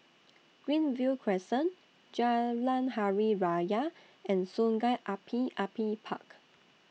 Greenview Crescent Jalan Hari Raya and Sungei Api Api Park